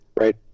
Right